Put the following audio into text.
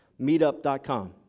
meetup.com